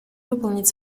выполнить